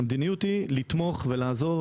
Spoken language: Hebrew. והמדיניות היא לתמוך ולעזור,